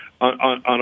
on